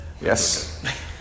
Yes